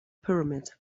pyramids